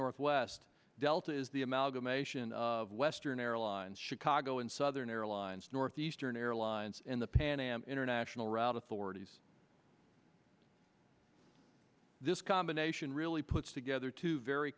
northwest delta is the amount of nation western airlines chicago and southern airlines northeastern airlines in the pan am international route authorities this combination really puts together two very